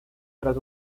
tras